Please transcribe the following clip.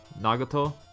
Nagato